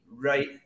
right